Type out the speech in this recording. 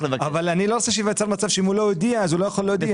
אבל אני לא רוצה שייווצר מצב שאם הוא לא הודיע אז הוא לא יכול להודיע.